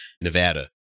Nevada